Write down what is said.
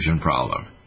problem